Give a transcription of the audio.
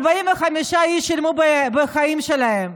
45 איש שילמו בחיים שלהם,